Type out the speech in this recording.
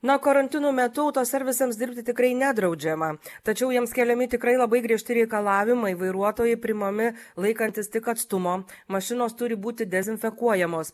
na o karantino metu autoservisams dirbti tikrai nedraudžiama tačiau jiems keliami tikrai labai griežti reikalavimai vairuotojai priimami laikantis tik atstumo mašinos turi būti dezinfekuojamos